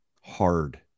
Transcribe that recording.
hard